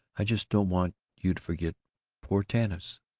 i just don't want you to forget poor tanis.